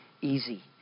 easy